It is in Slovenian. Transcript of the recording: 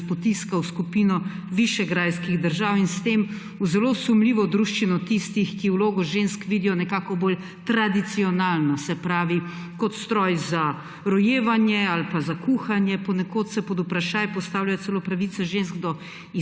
nas potiska v skupino višegrajskih držav in s tem v zelo sumljivo druščino tistih, ki vlogo žensk vidijo nekako bolj tradicionalno; se pravi kot stroj za rojevanje ali pa za kuhanje. Ponekod se pod vprašaj postavlja celo pravice žensk do